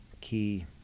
key